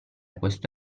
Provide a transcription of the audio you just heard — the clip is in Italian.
questo